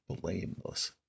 blameless